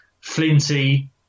Flinty